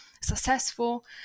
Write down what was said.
successful